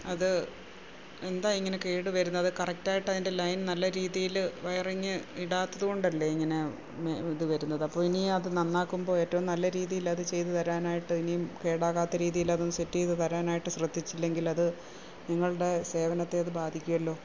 അത് എന്താ ഇങ്ങനെ കേട് വരുന്നത് കറക്റ്റ് ആയിട്ട് അതിൻ്റെ ലൈൻ നല്ല രീതിയിൽ വയറിങ് ഇടാത്തത് കൊണ്ട് അല്ലേ ഇങ്ങനെ ഇത് വരുന്നത് അപ്പോൾ ഇനി അത് നന്നാക്കുമ്പോൾ ഏറ്റവും നല്ല രീതിയിൽ അത് ചെയ്ത് തരാനായിട്ട് ഇനിയും കേടാകാത്ത രീതിയിൽ അതൊന്ന് സെറ്റ് ചെയ്ത് തരാനായിട്ട് ശ്രദ്ധിച്ചില്ലെങ്കിൽ അത് നിങ്ങളുടെ സേവനത്തെ അത് ബാധിക്കുമല്ലോ